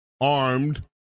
armed